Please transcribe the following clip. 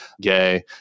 gay